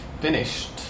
finished